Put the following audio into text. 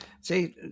see